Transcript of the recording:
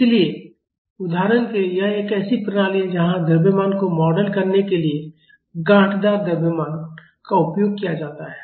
इसलिए उदाहरण के लिए यह एक ऐसी प्रणाली है जहां द्रव्यमान को मॉडल करने के लिए गांठदार द्रव्यमान का उपयोग किया जाता है